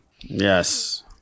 Yes